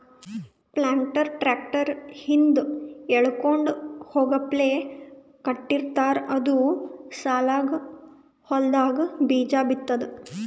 planter tractor ಹಿಂದ್ ಎಳ್ಕೊಂಡ್ ಹೋಗಪ್ಲೆ ಕಟ್ಟಿರ್ತಾರ್ ಅದು ಸಾಲಾಗ್ ಹೊಲ್ದಾಗ್ ಬೀಜಾ ಬಿತ್ತದ್